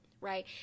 right